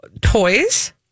toys